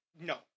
No